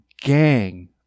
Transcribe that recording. gang